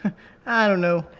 i don't know.